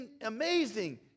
Amazing